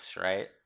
right